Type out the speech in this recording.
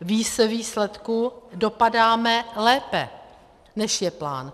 ve výsledku dopadáme lépe, než je plán.